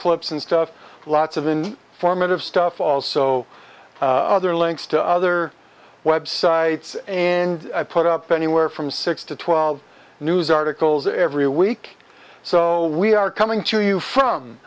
clips and stuff lots of in formative stuff also other links to other websites and put up anywhere from six to twelve news articles every week so we are coming to you from